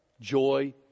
joy